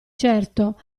certo